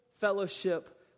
fellowship